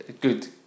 good